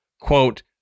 quote